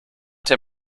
der